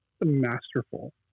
masterful